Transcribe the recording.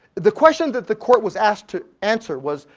the question that the court was asked to answer was,